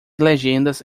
legendas